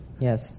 Yes